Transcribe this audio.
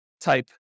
type